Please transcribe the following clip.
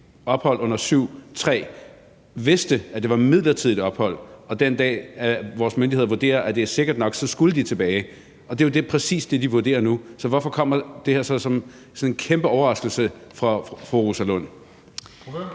ophold under § 7, stk. 3, vidste, at det var et midlertidigt ophold, og at de den dag, hvor vores myndigheder vurderer, at det er sikkert nok, skulle tilbage? Det er jo præcis det, de vurderer nu. Så hvorfor kommer det her så som sådan en kæmpe overraskelse for fru Rosa Lund?